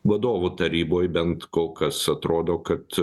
vadovų taryboj bent kol kas atrodo kad